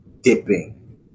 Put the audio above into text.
dipping